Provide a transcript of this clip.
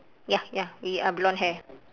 ya ya with a blonde hair